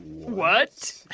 what